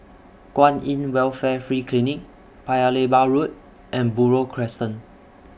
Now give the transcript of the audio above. Kwan in Welfare Free Clinic Paya Lebar Road and Buroh Crescent